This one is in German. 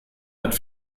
hat